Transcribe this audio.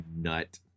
nut